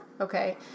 Okay